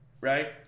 Right